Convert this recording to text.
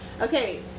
Okay